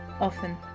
often